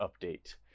update